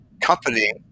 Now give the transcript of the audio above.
company